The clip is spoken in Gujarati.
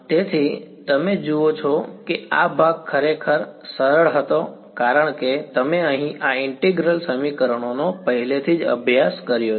તેથી તમે જુઓ છો કે આ ભાગ ખરેખર સરળ હતો કારણ કે તમે અહીં આ ઈન્ટિગ્રલ સમીકરણોનો પહેલેથી જ અભ્યાસ કર્યો છે